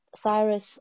Cyrus